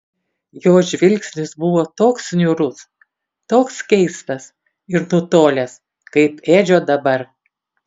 jo žvilgsnis buvo toks niūrus toks keistas ir nutolęs kaip edžio dabar